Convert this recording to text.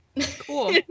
Cool